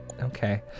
Okay